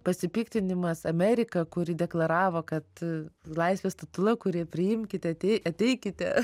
pasipiktinimas amerika kuri deklaravo kad laisvės statula kuri priimkite atei ateikite